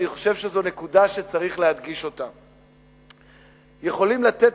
ואני חושב שזו נקודה שצריך להדגיש אותה: יכולים לתת